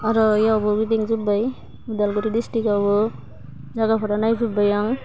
आरो बेयावबो गिदिं जोब्बाय अदालगुरि डिस्टिक्टआवबो जागाफोरा नायजोब्बाय आं